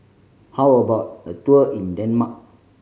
how about a tour in Denmark